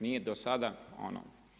Nije do sada, ono.